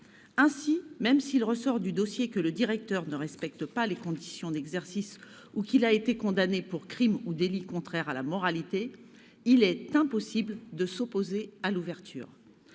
Ainsi, même s'il ressort du dossier que le directeur ne respecte pas les conditions d'exercice ou qu'il a été condamné pour crime ou délit contraire à la moralité, les autorités ne pourront s'opposer à l'ouverture.